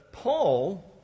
Paul